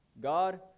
God